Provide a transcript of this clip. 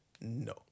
No